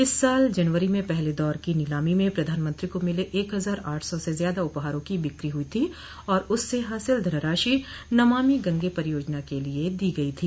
इस साल जनवरी में पहले दौर की नीलामी में प्रधानमंत्री को मिले एक हज़ार आठ सौ से ज़्यादा उपहारों की बिकी हुई थी और उससे हासिल धनराशि नमामि गंगे परियोजना के लिये दे दी गयी थी